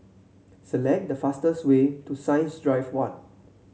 select the fastest way to Science Drive One